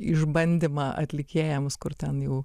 išbandymą atlikėjams kur ten jau